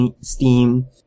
Steam